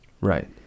Right